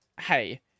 hey